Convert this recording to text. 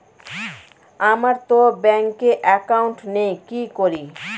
আমারতো ব্যাংকে একাউন্ট নেই কি করি?